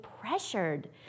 pressured